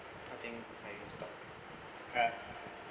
I think alright